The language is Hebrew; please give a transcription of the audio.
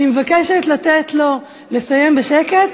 אני מבקשת לתת לו לסיים בשקט,